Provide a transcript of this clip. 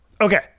okay